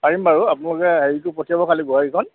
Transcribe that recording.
পাৰিম বাৰু আপোনালোকে হেৰিটো পঠিয়াব খালী গোহাৰিখন